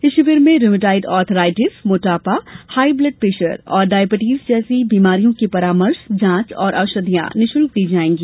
इस शिविर में रुम्योटाइड आर्थराईटिस मोटापा हाई ब्लड प्रेशर और डाईबटीज जैसी बीमारियों की परामर्श जॉच और औषधियॉ निशुल्क दी जाएगी